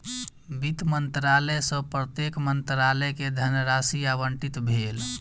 वित्त मंत्रालय सॅ प्रत्येक मंत्रालय के धनराशि आवंटित भेल